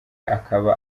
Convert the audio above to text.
akaba